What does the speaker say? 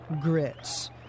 grits